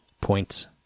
points